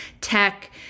tech